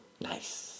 Nice